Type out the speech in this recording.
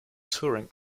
touring